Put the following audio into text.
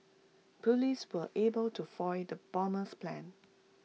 Police were able to foil the bomber's plans